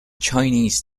chinese